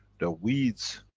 the weeds,